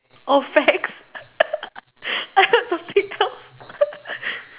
oh fangs I heard the